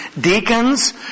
deacons